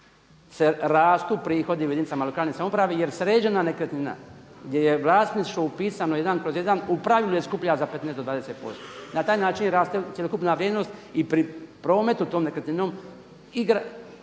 rastu prihodi u jedinicama lokalne samouprave, jer sređena nekretnina gdje je vlasništvo upisano 1/1 u pravilu je skuplja za 15 do 20%. Na taj način raste cjelokupna vrijednost i pri prometu tom nekretninom od